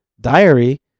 diary